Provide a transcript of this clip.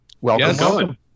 Welcome